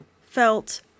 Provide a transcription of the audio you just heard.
felt